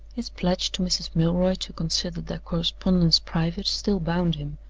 his pledge to mrs. milroy to consider their correspondence private still bound him,